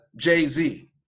Jay-Z